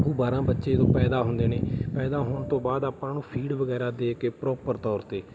ਉਹ ਬਾਰ੍ਹਾਂ ਬੱਚੇ ਜਦੋਂ ਪੈਦਾ ਹੁੰਦੇ ਨੇ ਪੈਦਾ ਹੋਣ ਤੋਂ ਬਾਅਦ ਆਪਾਂ ਉਹਨੂੰ ਫੀਡ ਵਗੈਰਾ ਦੇ ਕੇ ਪ੍ਰੋਪਰ ਤੌਰ 'ਤੇ